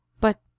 But—